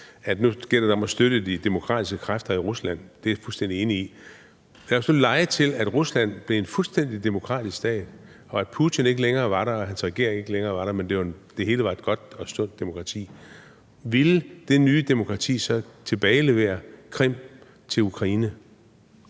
at nu gælder det om at støtte de demokratiske kræfter i Rusland. Det er jeg fuldstændig enig i. Lad os nu lege, at Rusland blev en fuldstændig demokratisk stat, og at Putin ikke længere var der, og at hans regering ikke længere var der, men det hele var et godt og sundt demokrati. Ville det nye demokrati så tilbagelevere Krim til Ukraine?